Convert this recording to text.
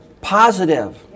Positive